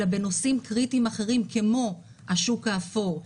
אלא בנושאים קריטיים אחרים כמו השוק האפור,